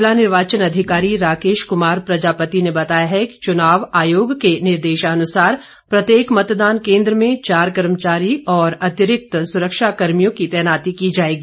जिला निर्वाचन अधिकारी राकेश कुमार प्रजापति ने बताया है कि चुनाव आयोग के निर्देशानुसार प्रत्येक मतदान केन्द्र में चार कर्मचारी और अतिरिक्त सुरक्षा कर्मियों की तैनाती की जाएगी